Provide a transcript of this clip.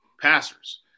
passers